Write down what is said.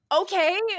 okay